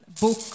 book